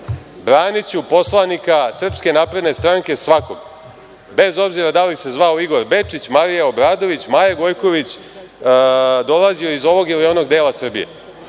braniću poslanika SNS svakog, bez obzira da li se zvao Igor Bečić, Marija Obradović, Maja Gojković, dolazio iz ovog ili onog dela Srbije.